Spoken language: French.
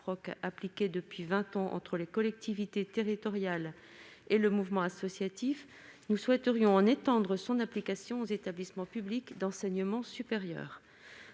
appliquée depuis vingt ans entre les collectivités territoriales et le mouvement associatif, nous souhaiterions en étendre l'application aux établissements publics d'enseignement supérieur.